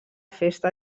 festa